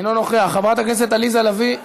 אינו נוכח, חברת הכנסת עליזה לביא,